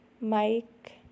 Mike